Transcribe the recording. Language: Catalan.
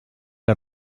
que